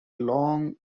long